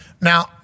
Now